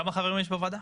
כמה חברים יש בוועדה?